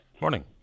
Morning